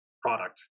product